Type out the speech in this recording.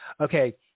Okay